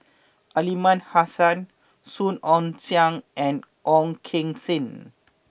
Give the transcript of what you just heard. Aliman Hassan Song Ong Siang and Ong Keng Sen